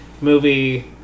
movie